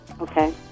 Okay